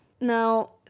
now